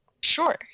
Sure